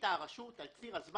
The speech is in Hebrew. החליטה הרשות המקומית על ציר הזמן,